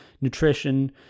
nutrition